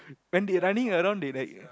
when they running around they like